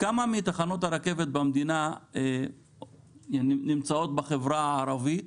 כמה מתחנות הרכבת במדינה נמצאות בחברה הערבית,